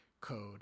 code